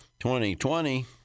2020